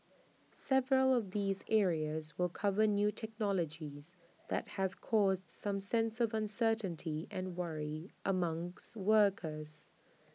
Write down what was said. several of these areas will cover new technologies that have caused some sense of uncertainty and worry among workers